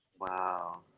Wow